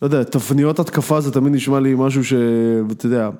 לא יודע, תפניות התקפה זה תמיד נשמע לי משהו שאתה יודע...